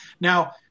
Now